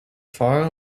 far